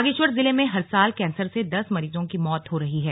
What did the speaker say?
बागेश्वर जिले में हर साल कैंसर से दस मरीजों की मौत हो रही है